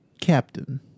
captain